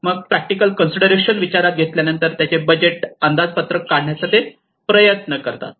मग practical consideration विचारात घेतल्यानंतर त्याचे बजेट अंदाजपत्रकाचे काढण्याचा ते प्रयत्न करतात